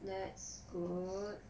that's good